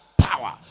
power